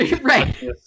right